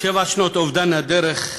שבע שנות אובדן הדרך.